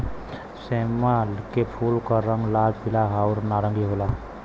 सेमल के फूल क रंग लाल, पीला आउर नारंगी होला